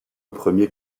premier